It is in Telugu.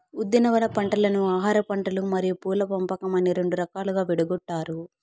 ఉద్యానవన పంటలను ఆహారపంటలు మరియు పూల పంపకం అని రెండు రకాలుగా విడగొట్టారు